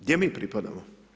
Gdje mi pripadamo?